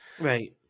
Right